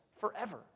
forever